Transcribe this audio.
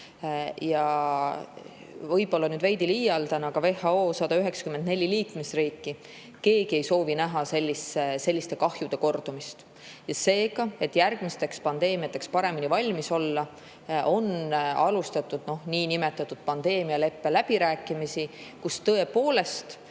Ja võib-olla ma nüüd veidi liialdan, aga WHO 194 liikmesriigist keegi ei soovi näha selliste kahjude kordumist. Ja seega, et järgmisteks pandeemiateks paremini valmis olla, on alustatud niinimetatud pandeemialeppe läbirääkimisi. Tõepoolest